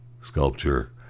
sculpture